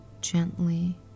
gently